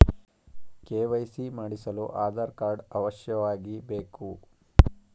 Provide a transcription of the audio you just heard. KYC ಮಾಡಿಸಲು Aadhaar card ಅವಶ್ಯವಾಗಿ ಬೇಕು